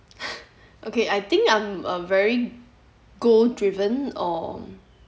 okay I think I'm a very goal driven or